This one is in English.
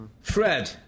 Fred